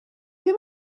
ddim